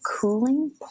cooling